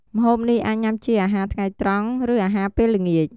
ម្ហូបនេះអាចញុំាជាអាហារថ្ងៃត្រង់ ឬអាហារពេលល្ងាច។